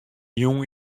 jûn